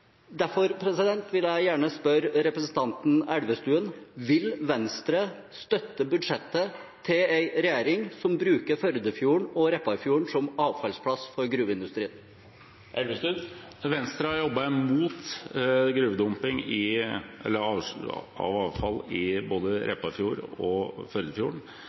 Derfor vil jeg gjerne spørre representanten Elvestuen: Vil Venstre støtte budsjettet til en regjering som bruker Førdefjorden og Repparfjorden som avfallsplass for gruveindustrien? Venstre har jobbet mot dumping av gruveavfall i både Repparfjorden og Førdefjorden.